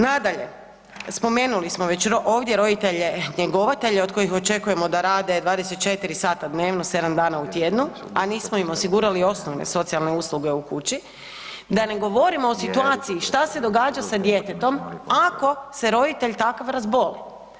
Nadalje, spomenuli smo već ovdje roditelje njegovatelje od kojih očekujemo da rade 24 sata dnevno 7 dana u tjednu, a nismo im osigurali osnovne socijalne usluge u kući, da ne govorimo o situaciji šta se događa sa djetetom ako se roditelj takav razboli.